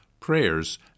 prayers